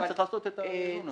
צריך לעשות את החיבור,